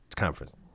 Conference